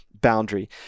boundary